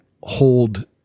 hold